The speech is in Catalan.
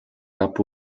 cap